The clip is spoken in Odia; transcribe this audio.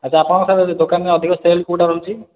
ଆଚ୍ଛା ଆପଣଙ୍କ ଦୋକାନରେ ଅଧିକ ସେଲ୍ କେଉଁଟା ରହୁଛି